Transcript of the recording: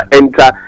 enter